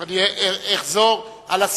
אם אפשר לחזור בבקשה על, אני אחזור על הסיכום: